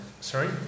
Sorry